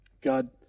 God